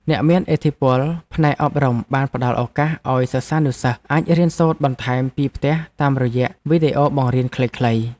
អ្នកមានឥទ្ធិពលផ្នែកអប់រំបានផ្ដល់ឱកាសឱ្យសិស្សានុសិស្សអាចរៀនសូត្របន្ថែមពីផ្ទះតាមរយៈវីដេអូបង្រៀនខ្លីៗ។